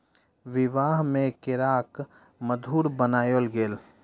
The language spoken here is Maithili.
विवाह में केराक मधुर बनाओल गेल